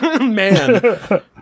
man